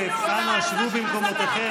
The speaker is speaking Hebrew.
זאת הנקמה שלך.